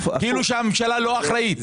כאילו שהממשלה לא אחראית,